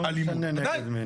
לא משנה נגד מי.